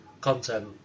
content